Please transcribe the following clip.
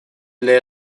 для